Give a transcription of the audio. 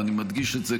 ואני מדגיש את זה,